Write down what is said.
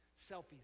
selfies